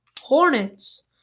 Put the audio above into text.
Hornets